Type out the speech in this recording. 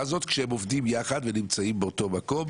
הזאת כשהם עובדים יחד ונמצאים באותו מקום